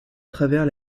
travers